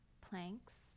planks